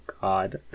God